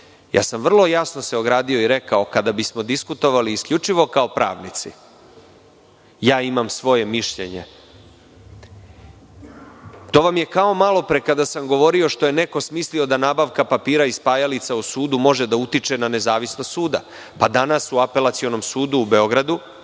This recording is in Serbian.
Vrlo jasno sam se ogradio i rekao, kada bismo diskutovali isključivo kao pravnici – ja imam svoje mišljenje. To vam je kao malopre kada sam govorio, što je neko smislio da nabavka papira i spajalica u sudu može da utiče na nezavisnost suda. Danas u Apelacionom sudu u Beogradu,